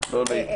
ב(ג)